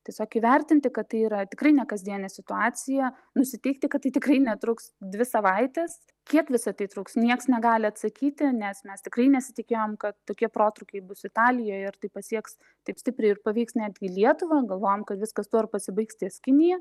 tiesiog įvertinti kad tai yra tikrai nekasdienė situacija nusiteikti kad tai tikrai netruks dvi savaites kiek visa tai truks nieks negali atsakyti nes mes tikrai nesitikėjom kad tokie protrūkiai bus italijoj ir tai pasieks taip stipriai ir paveiks netgi lietuvą galvojom kad viskas tuo ir pasibaigs ties kinija